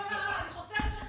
לשון הרע, אני חוסכת לך.